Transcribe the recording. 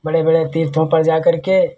बड़े बड़े तीर्थों पर जाकर के